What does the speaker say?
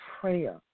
prayer